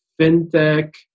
fintech